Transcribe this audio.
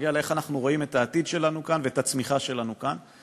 שנוגע לאיך אנחנו רואים את העתיד שלנו כאן ואת הצמיחה שלנו כאן.